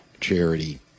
charity